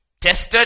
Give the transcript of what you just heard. tested